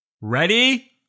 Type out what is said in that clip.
Ready